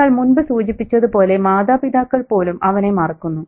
നിങ്ങൾ മുൻപ് സൂചിപ്പിച്ചത് പോലെ മാതാപിതാക്കൾ പോലും അവനെ മറക്കുന്നു